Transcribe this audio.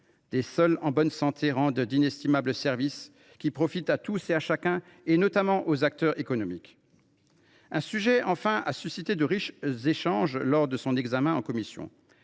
des sols en bonne santé rendent d’inestimables services, qui profitent à tous et à chacun, notamment aux acteurs économiques. Un sujet, enfin, a suscité de riches échanges lors de l’examen du texte en commission